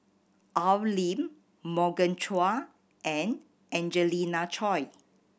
Al Lim Morgan Chua and Angelina Choy